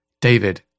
David